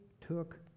took